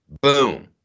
Boom